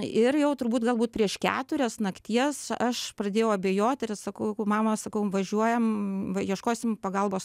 ir jau turbūt galbūt prieš keturias nakties aš pradėjau abejoti ir sakau mama sakau važiuojam ieškosim pagalbos